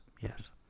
Yes